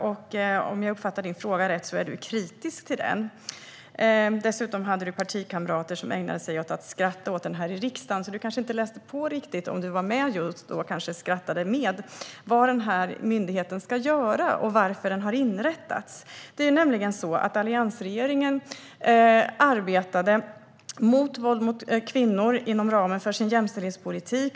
Om jag uppfattat din interpellation rätt är du kritisk till den, Erik Andersson. Dessutom hade du partikamrater som ägnade sig åt att skratta åt den här i riksdagen. Du kanske skrattade med? Möjligen har du inte läst på riktigt om vad den här myndigheten ska göra och varför den har inrättats. Alliansregeringen arbetade mot våld mot kvinnor inom ramen för sin jämställdhetspolitik.